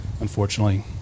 unfortunately